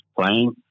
playing